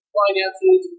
finances